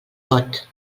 pot